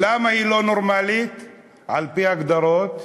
למה היא לא נורמלית על-פי הגדרות?